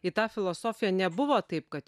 į tą filosofiją nebuvo taip kad